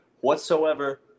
whatsoever